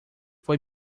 foi